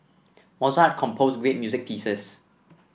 Mozart composed great music pieces